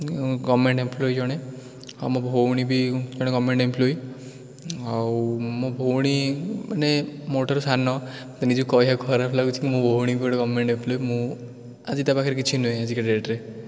government employee ଜଣେ ଆଉ ମୋ ଭଉଣୀ ବି ଜଣେ ଗଭର୍ଣ୍ଣମେଣ୍ଟ୍ ଏମ୍ପ୍ଲୋଇ ଆଉ ମୋ ଭଉଣୀମାନେ ମୋ ଠାରୁ ସାନ ନିଜକୁ କହିବାକୁ ଖରାପ ଲାଗୁଛି କି ମୋ ଭଉଣୀ ଗୋଟେ ଗଭର୍ଣ୍ଣମେଣ୍ଟ୍ ଏମ୍ପ୍ଲୋଇ ମୁଁ ଆଜି ତା' ପାଖରେ କିଛି ନୁହେଁ ଆଜିକା ଡେଟ୍ରେ